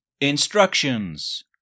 Instructions